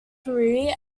career